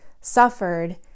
suffered